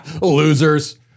losers